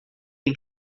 têm